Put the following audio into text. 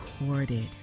recorded